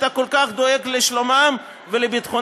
שאתה כל כך דואג לשלומם ולביטחונם?